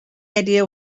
idea